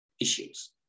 issues